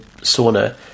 sauna